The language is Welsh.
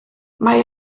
mae